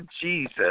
Jesus